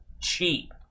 cheap